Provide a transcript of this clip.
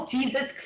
Jesus